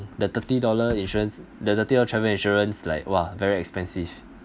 the thirty dollar insurance the thirty dollar travel insurance like !wah! very expensive